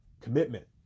commitment